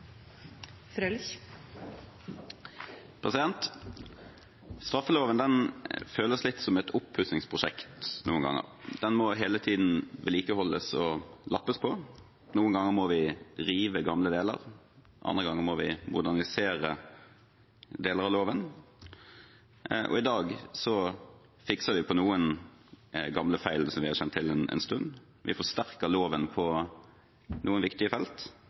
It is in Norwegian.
føles noen ganger som et oppussingsprosjekt. Den må hele tiden vedlikeholdes og lappes på. Noen ganger må vi rive gamle deler, andre ganger må vi modernisere deler av loven. I dag fikser vi på noen gamle feil, som vi har kjent til en stund. Vi forsterker loven på noen viktige felt,